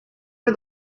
for